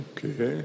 Okay